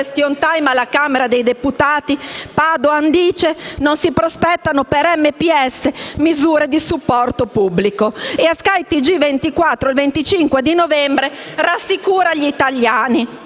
al *question time* alla Camera dei deputati, Padoan ha affermato che non si prospettavano per MPS misure di supporto pubblico. E a Sky TG24 il 25 novembre ha rassicurato gli italiani